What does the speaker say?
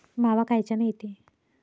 मावा कायच्यानं येते?